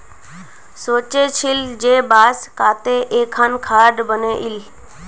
सोचे छिल जे बांस काते एकखन खाट बनइ ली